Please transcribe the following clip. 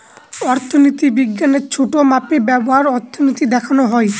অর্থনীতি বিজ্ঞানের ছোটো মাপে ব্যবহার অর্থনীতি দেখানো হয়